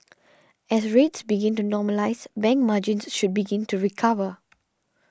as rates begin to normalise bank margins should begin to recover